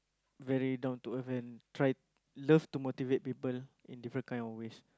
very down to earth and try love to motivate people in different kind of ways